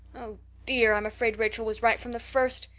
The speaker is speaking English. oh dear, i'm afraid rachel was right from the first.